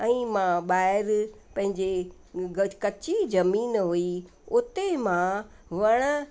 ऐं मां ॿाहिरि पंहिंजे ग कच्ची जमीन हुई उते मां वण